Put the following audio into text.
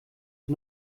ich